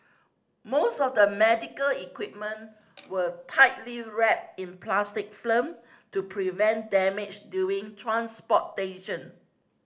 most of the medical equipment were tightly wrapped in plastic film to prevent damage during transportation